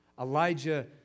Elijah